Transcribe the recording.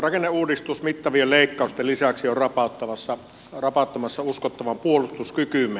rakenneuudistus mittavien leikkausten lisäksi on rapauttamassa uskottavan puolustuskykymme